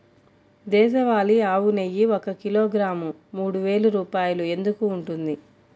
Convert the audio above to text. దేశవాళీ ఆవు నెయ్యి ఒక కిలోగ్రాము మూడు వేలు రూపాయలు ఎందుకు ఉంటుంది?